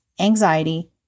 anxiety